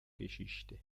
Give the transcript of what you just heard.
geschichte